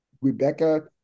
Rebecca